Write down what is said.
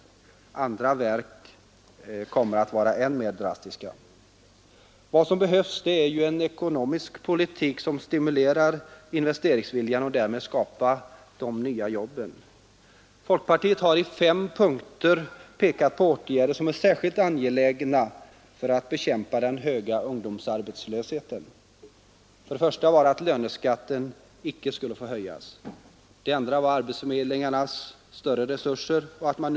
Andra verk kommer att vara än mer drastiska. Vad som behövs är en ekonomisk politik som stimulerar investeringsviljan och därmed skapar de nya jobben, Folkpartiet har i fem punkter pekat på åtgärder som är särskilt angelägna för att bekämpa den höga ungdomsarbetslösheten. Den första punkten är att löneskatten icke skulle få höjas. Den andra gäller större resurser åt arbetsförmedlingarna.